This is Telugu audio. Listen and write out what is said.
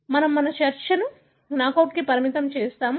మనము మన చర్చను నాకౌట్కు పరిమితం చేస్తాము